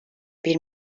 bir